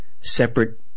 separate